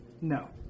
No